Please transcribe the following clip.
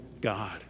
God